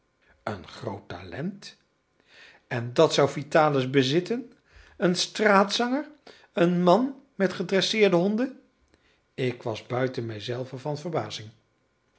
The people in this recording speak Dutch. een groot talent en dat zou vitalis bezitten een straatzanger een man met gedresseerde honden ik was buiten mijzelven van verbazing